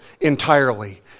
entirely